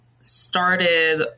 started